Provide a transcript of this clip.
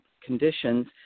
conditions